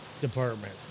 department